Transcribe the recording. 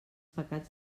pecats